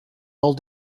all